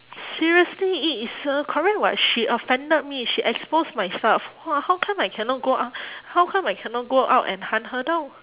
seriously it is uh correct [what] she offended me she expose my stuff !wah! how come I cannot go ou~ how come I cannot go out and hunt her down